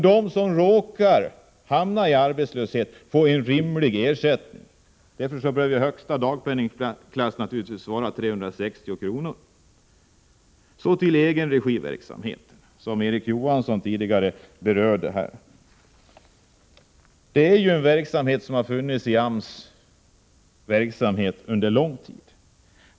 De som råkar hamna i arbetslöshet skall få en rimlig ersättning. Därför bör högsta dagpenningklass naturligtvis vara 360 kr. Erik Johansson berörde tidigare egenregiverksamheten. Det är en verksamhet som AMS har haft hand om under lång tid.